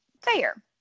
fair